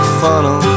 funnel